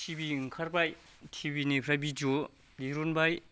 TV ओंखारबाय टिभिनिफ्राय भिदिअ दिरुनबाय